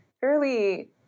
fairly